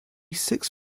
six